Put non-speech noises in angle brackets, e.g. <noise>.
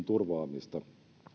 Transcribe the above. <unintelligible> turvaamista